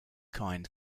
kind